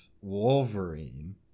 Wolverine